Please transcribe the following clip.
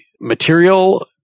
material